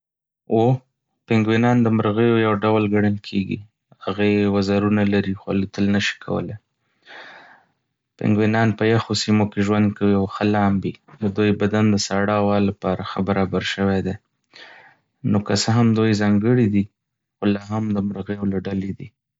هو، پينګوینان د مرغيو يو ډول ګڼل کېږي. هغوی وزرونه لري، خو الوتل نه شي کولای. پينګوینان په يخو سیمو کې ژوند کوي او ښه لامبي. د دوی بدن د ساړه هوا لپاره ښه برابر شوی دی. نو که څه هم دوی ځانګړي دي، خو لا هم د مرغیو له ډلې دي.